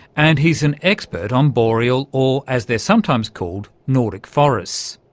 and he's an expert on boreal, or as they're sometimes called, nordic forests.